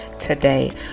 today